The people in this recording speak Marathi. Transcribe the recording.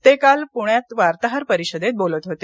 ते काल प्ण्यात वार्ताहर परिषदेत बोलत होते